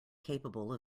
capable